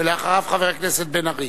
ואחריו, חבר הכנסת בן-ארי.